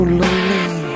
lonely